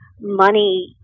money